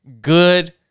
good